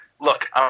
Look